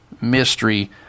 mystery